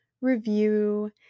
review